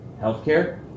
healthcare